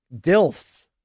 dilfs